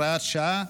הוראת שעה,